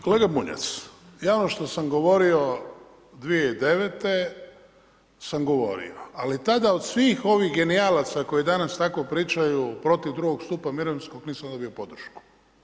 Kolega Bunjac, ja ono što sam govorio 2009. sam govorio ali tada od svih ovih genijalaca koji danas tako pričaju protiv drugog stupa mirovinskog nisam dobio podršku.